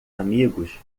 amigos